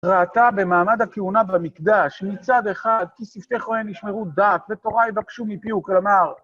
ראתה במעמד הכהונה במקדש, מצד אחד "כי שפתי כהן ישמרו דעת ותורה יבקשו מפיהו", כלומר...